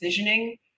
decisioning